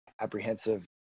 apprehensive